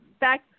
back